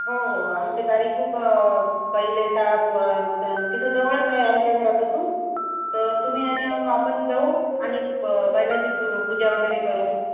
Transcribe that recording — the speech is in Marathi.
हो हो आमच्या दारी खूप बैल येता तिथे जवळच आहे आमच्या घरापासून तर तुम्ही आणि आपण जाऊ आणि बैलाची पूजा वगैरे करू